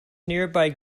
nearby